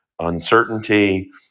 uncertainty